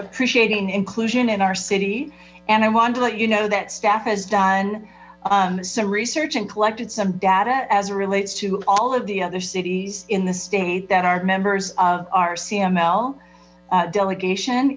appreciating inclusion in our city and i want to let you know that staff has done some research and collected some data as relates to all of the other cities in the state that are members of our cml delegation